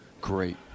great